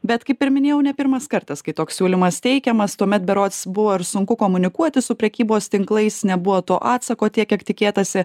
bet kaip ir minėjau ne pirmas kartas kai toks siūlymas teikiamas tuomet berods buvo ir sunku komunikuoti su prekybos tinklais nebuvo to atsako tiek kiek tikėtasi